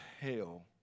hell